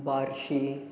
Barshi